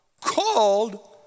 called